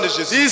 Jesus